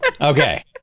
Okay